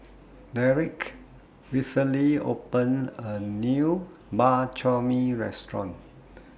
Derick recently opened A New Bak Chor Mee Restaurant